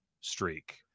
streak